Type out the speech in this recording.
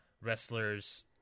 Wrestlers